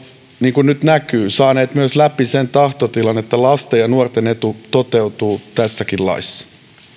niin kuin nyt näkyy saaneet myös läpi sen tahtotilan että lasten ja nuorten etu toteutuu tässäkin laissa